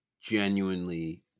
genuinely